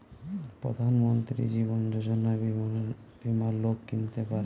প্রধান মন্ত্রী জীবন যোজনা বীমা লোক কিনতে পারে